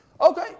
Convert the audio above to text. Okay